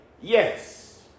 yes